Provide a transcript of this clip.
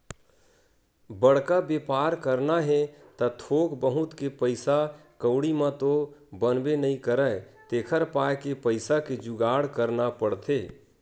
बड़का बेपार करना हे त थोक बहुत के पइसा कउड़ी म तो बनबे नइ करय तेखर पाय के पइसा के जुगाड़ करना पड़थे